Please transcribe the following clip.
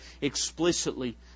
explicitly